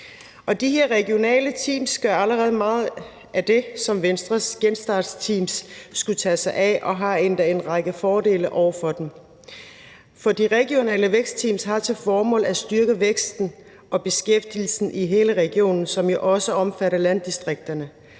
de her regionale teams gør allerede meget af det, som Venstres genstartsteam skulle tage sig af, og har endda en række fordele over for det. De regionale vækstteams har til formål at styrke væksten og beskæftigelsen i hele regionen, som jo også omfatter landdistrikterne,